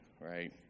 right